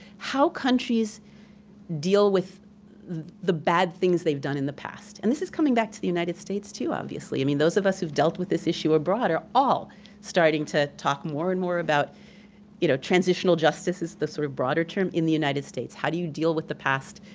how countries deal with the bad things they've done in the past. and this is coming back to the united states, too obviously, i mean those of us who've dealt with this issue abroad are all starting to talk more and more about you know transitional justice is the sort of broader term, broader term, in the united states. how do you deal with the past?